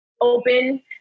open